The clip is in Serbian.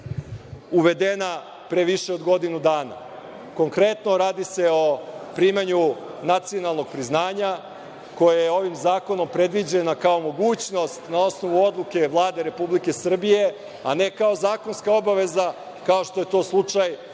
uvedena pre više od godinu dana. Konkretno radi se o primanju nacionalnog priznanja koje je ovim zakonom predviđena kao mogućnost na osnovu odluke Vlade Republike Srbije, a ne kao zakonska obaveza kao što je to slučaj